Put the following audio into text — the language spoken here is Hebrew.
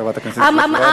חברת הכנסת זועבי,